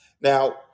Now